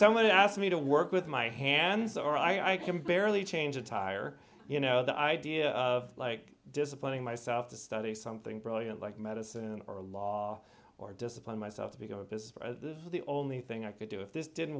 someone asked me to work with my hands or i can barely change a tire you know the idea of like disciplining myself to study something brilliant like medicine or law or discipline myself to become a business this is the only thing i could do if this didn't